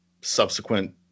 subsequent